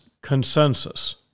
consensus